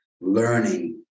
learning